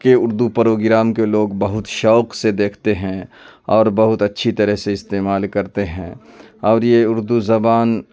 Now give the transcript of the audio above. کے اردو پروگرام کے لوگ بہت شوق سے دیکھتے ہیں اور بہت اچھی طرح سے استعمال کرتے ہیں اور یہ اردو زبان